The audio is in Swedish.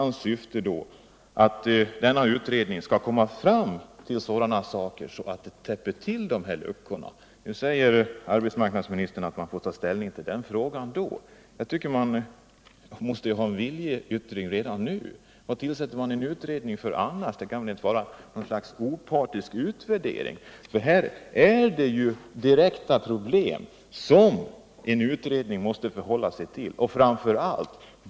Nu säger arbetsmarknadsministern att man får ta ställning till den frågan när utredningsresultatet föreligger. Jag tycker att vi måste få en viljeyttring redan nu. Varför tillsätter man annars en utredning? Det kan väl inte vara fråga om en opartisk utvärdering? Här finns direkta problem som en utredning måste ta ställning till.